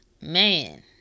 man